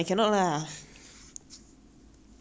maybe I got problem also lah I pierce ear that [one] I can lah